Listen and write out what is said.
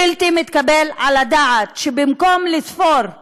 בלתי מתקבל על הדעת שבמקום לספור את